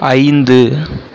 ஐந்து